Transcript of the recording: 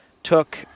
Took